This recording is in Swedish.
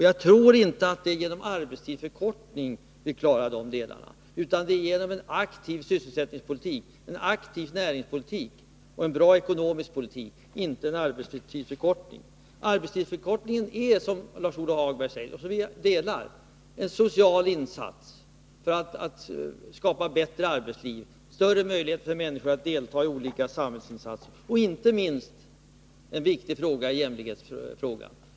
Jag tror inte att vi genom arbetstidsförkortning kan klara de delarna, utan det måste vi göra med en aktiv sysselsättningspolitik, en aktiv näringspolitik och en bra ekonomisk politik. Arbetstidsförkortningen är, som Lars-Ove Hagberg säger, en social insats för att skapa ett bättre arbetsliv, större möjligheter för människor att delta i olika samhällsinsatser och inte minst en jämställdhetsfråga.